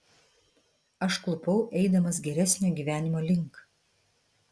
aš klupau eidamas geresnio gyvenimo link